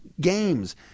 games